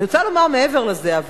אני רוצה לומר מעבר לזה.